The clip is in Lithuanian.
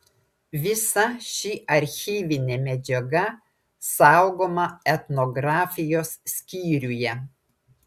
visa ši archyvinė medžiaga saugoma etnografijos skyriuje